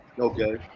Okay